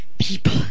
people